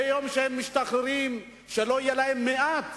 ביום שהם משתחררים, שלא יהיה להם מעט